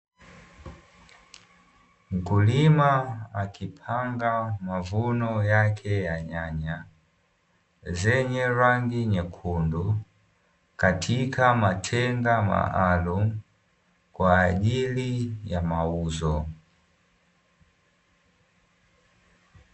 Mkulima akipanga mavuno yake ya nyanya zenye rangi nyekundu, katika matenga maalumu kwa ajili ya mauzo.